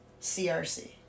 CRC